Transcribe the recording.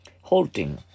Halting